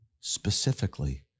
specifically